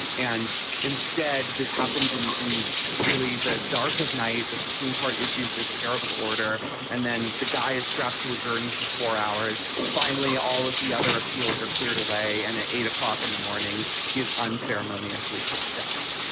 and and instead, this happened in in really the dark of night. the supreme court issued this terrible order and then the guy is strapped to a gurney for four hours. finally, all of the other appeals are cleared away. and at eight o'clock in the morning, he is unceremoniously put to death